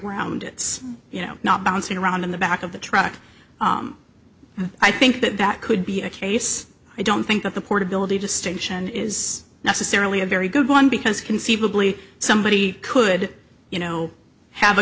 around it you know not bouncing around in the back of the truck i think that that could be a case i don't think that the portability distinction is necessarily a very good one because conceivably somebody could you know have a